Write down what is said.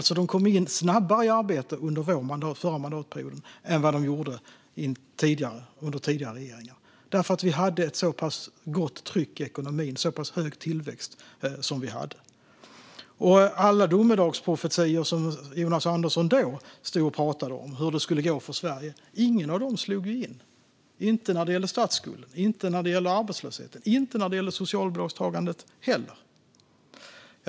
De kom alltså snabbare i arbete under förra mandatperioden än vad de gjorde under tidigare regeringar. Så var det eftersom vi hade ett gott tryck i ekonomin och en hög tillväxt. Jonas Andersson stod då och pratade om hur det skulle gå för Sverige. Ingen av hans domedagsprofetior slog in - inte när det gällde statsskulden, inte när det gällde arbetslösheten och inte heller när det gällde socialbidragstagandet.